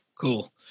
Cool